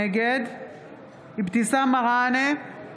נגד אבתיסאם מראענה,